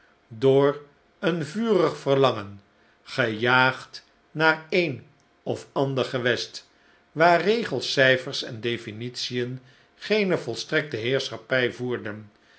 door een vurig verlangen gejaagd naar een of ander gewest waar regels cijfers en definitien geene volstrekte heerschappij voerden